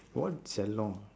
what